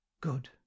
good